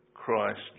Christ